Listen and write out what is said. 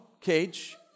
cage